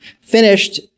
finished